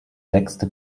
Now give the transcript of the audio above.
sechste